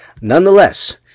Nonetheless